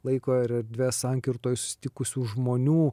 laiko ir erdvės sankirtoje susitikusių žmonių